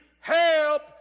Help